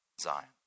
Zion